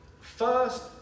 first